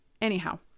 anyhow